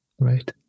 Right